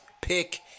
pick